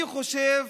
אני חושב